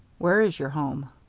where is your home?